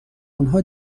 آنها